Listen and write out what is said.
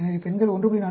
எனவே பெண்கள் 1